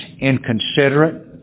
inconsiderate